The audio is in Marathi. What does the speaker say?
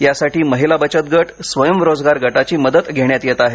यासाठी महिला बचत गट स्वयंरोजगार गटाची मदत घेण्यात येत आहे